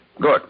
Good